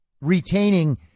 retaining